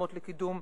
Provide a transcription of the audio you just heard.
יוזמות לקידום